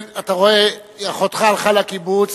כן, אתה רואה, אחותך הלכה לקיבוץ